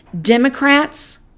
Democrats